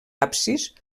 absis